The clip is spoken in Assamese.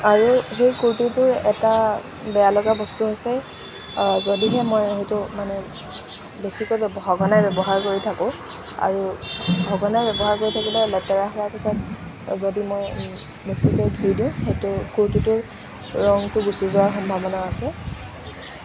আৰু সেই কুৰ্তিটোৰ এটা বেয়ালগা বস্তু হৈছে যদিহে মই সেইটো মানে বেছিকৈ সঘনাই ব্যৱহাৰ কৰি থাকোঁ আৰু সঘনাই ব্যৱহাৰ কৰি থাকিলে লেতেৰা হোৱাৰ পিছত যদি মই বেছিকৈ ধুই দিওঁ সেইটো কুৰ্তিটোৰ ৰঙটো গুচি যোৱাৰ সম্ভাৱনা আছে